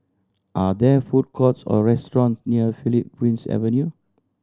are there food courts or restaurant near Philip Prince Avenue